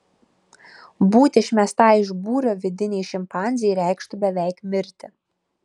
būti išmestai iš būrio vidinei šimpanzei reikštų beveik mirti